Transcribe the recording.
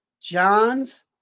John's